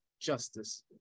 justice